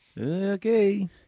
okay